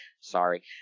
Sorry